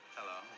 Hello